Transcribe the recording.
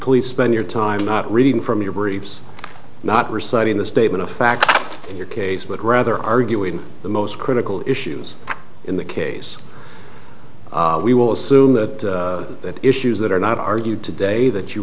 please spend your time not reading from your briefs not reciting the statement of facts in your case but rather arguing the most critical issues in the case we will assume that that issues that are not argued today that you